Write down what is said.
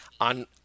on